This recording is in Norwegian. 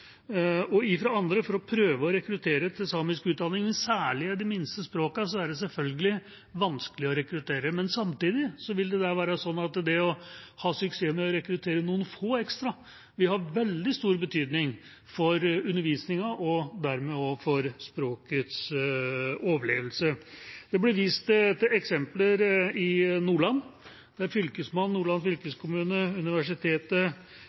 fra høyskolen og andre for å prøve å rekruttere til samisk utdanning. Særlig i de minste språkene er det selvfølgelig vanskelig å rekruttere, men samtidig er det sånn at det å ha suksess med å rekruttere noen få ekstra vil ha veldig stor betydning for undervisningen og dermed også for språkets overlevelse. Det ble vist til eksempler i Nordland, der Fylkesmannen, Nordland fylkeskommune, universitetet